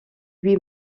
lui